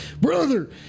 Brother